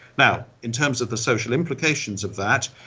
now, in terms of the social implications of that,